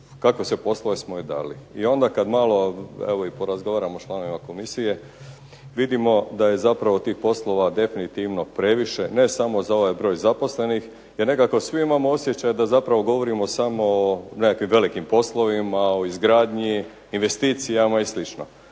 kakve sve poslove smo joj dali i onda kad malo i porazgovaramo s članovima komisije vidimo da je zapravo tih poslova definitivno previše, ne samo za ovaj broj zaposlenih jer nekako svi imamo osjećaj da zapravo govorimo samo o nekakvim velikim poslovima, o izgradnji, investicijama i sl.